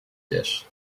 dish